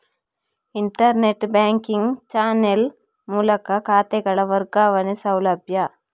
internet banking channel ಮೂಲಕ ಖಾತೆಗಳ ವರ್ಗಾವಣೆಯ ಸೌಲಭ್ಯ